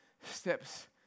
steps